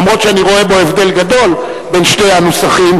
אף שאני רואה בו הבדל גדול בין שני הנוסחים,